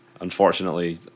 Unfortunately